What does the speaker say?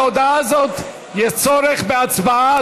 להודעה זאת יש צורך בהצבעה,